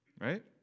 Right